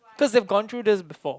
cause they've gone through this before